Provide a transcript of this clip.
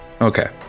Okay